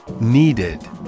needed